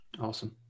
Awesome